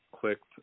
clicked